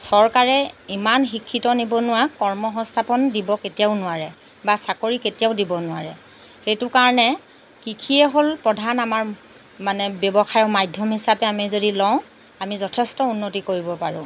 চৰকাৰে ইমান শিক্ষিত নিবনুৱাক কৰ্ম সংস্থাপন দিব কেতিয়াও নোৱাৰে বা চাকৰি কেতিয়াও দিব নোৱাৰে সেইটোৰ কাৰণে কৃষিয়েই হ'ল প্ৰধান আমাৰ মানে ব্যৱসায়ৰ মাধ্যম হিচাপে আমি যদি লওঁ আমি যথেষ্ট উন্নতি কৰিব পাৰোঁ